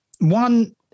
One